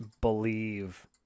believe